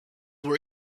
were